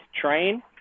Train